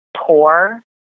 poor